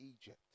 Egypt